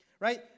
right